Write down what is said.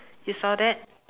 you saw that